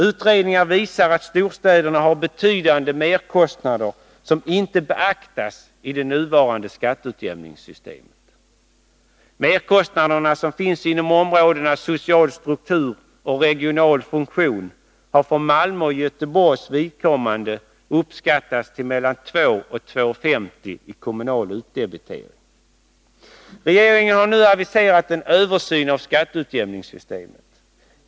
Utredning ar visar att storstäderna har betydande merkostnader, som inte beaktas i det nuvarande skatteutjämningssystemet. Merkostnaderna som finns inom områdena social struktur och regional funktion har för Malmös och Göteborgs vidkommande uppskattats till 2—2:50 kr. i kommunal utdebitering. Regeringen har nu aviserat en översyn av skatteutjämningssystemet.